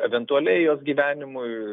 eventualiai jos gyvenimui